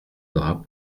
drap